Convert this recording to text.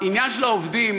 העניין של העובדים,